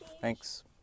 Thanks